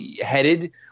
headed